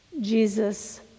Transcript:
Jesus